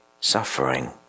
suffering